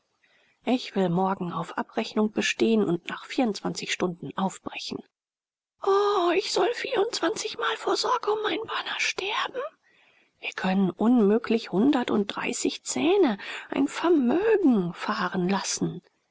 ich will morgen auf abrechnung bestehen und nach vierundzwanzig stunden aufbrechen o ich soll vierundzwanzigmal vor sorge um meinen bana sterben wir können unmöglich hundertunddreißig zähne ein vermögen fahren lassen